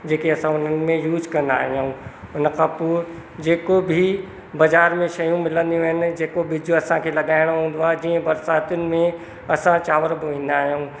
जेके असां उन में यूज़ कंदा आहियूं उन खां पोइ जेको बि बज़ार में शयूं मिलंदियूं आहिनि जेको ॿिजु असांखे लॻाइणो हूंदो आहे जीअं बरसातियुनि में असां चांवर बोईंदा आहियूं